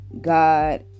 God